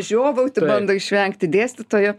žiovauti bando išvengti dėstytojo